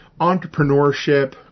entrepreneurship